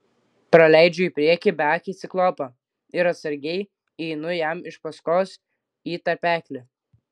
praleidžiu į priekį beakį ciklopą ir atsargiai įeinu jam iš paskos į tarpeklį